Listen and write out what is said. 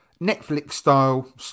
Netflix-style